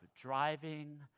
driving